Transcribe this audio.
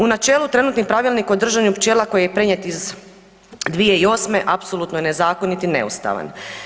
U načelu, trenutni Pravilnik o držanju pčela koji je prenijet iz 2008., apsolutno je nezakonit i neustavan.